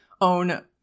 own